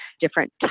different